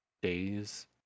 Days